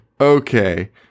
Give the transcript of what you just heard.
okay